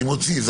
אני מוציא,